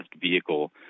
vehicle